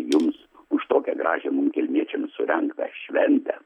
jums už tokią gražią mum kelmiečiam surengtą šventę